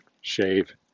shave